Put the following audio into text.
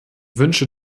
wünsche